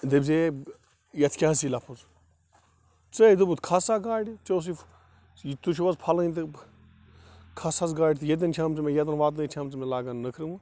دٔپۍ زِہے یَتھ کیٛاہ حظ چھُی لَفظ ژےٚ دوٚپُتھ کھسا گاڑِ ژےٚ اوسوے یہِ تُہۍ چھِو حظ فَلٲنۍ کھس حظ گاڑِ تہٕ ییٚتٮ۪ن چھِہم ییٚتٮ۪ن وَاتہِ نٲیِتھ چھِہم ژٕ لاگان نٔکھرٕ وۄنۍ